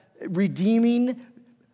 redeeming